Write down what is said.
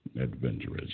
adventurous